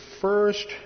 first